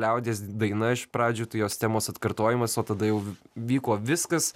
liaudies daina iš pradžių tai jos temos atkartojimas o tada jau vyko viskas